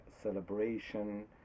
celebration